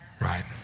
Right